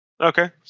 Okay